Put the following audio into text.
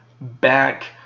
back